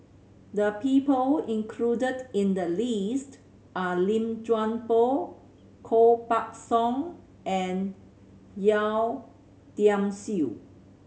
the people included in the list are Lim Chuan Poh Koh Buck Song and Yeo Tiam Siew